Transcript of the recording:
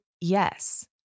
yes